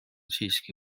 siiski